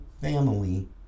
family